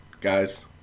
Guys